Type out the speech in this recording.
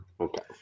Okay